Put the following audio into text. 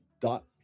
dot